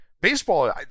baseball